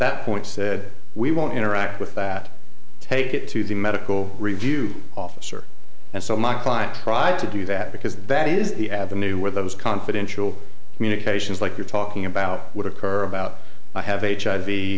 that point said we won't interact with that take it to the medical review officer and so my client tried to do that because that is the avenue where those confidential communications like you're talking about would occur about i have